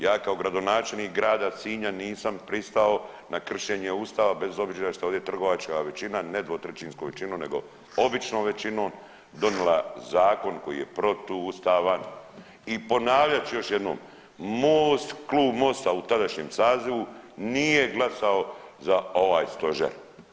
Ja kao gradonačelnik grada Sinja nisam pristao na kršenje ustava bez obzira što ovdje trgovačka većina ne dvotrećinskom većinom nego običnom većinom donila zakon koji je protuustavan i ponavljat ću još jednom, Most, Klub Mosta u tadašnjem sazivu nije glasao za ovaj stožer.